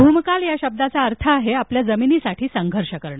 भूमकाल या शब्दाचा अर्थ आहे आपल्या जमिनीसाठी संघर्ष करण